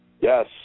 Yes